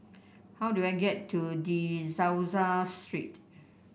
how do I get to De Souza Street